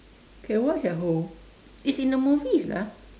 can watch at home it's in the movies lah